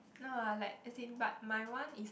no ah like as in but my one is